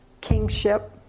kingship